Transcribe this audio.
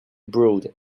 brewed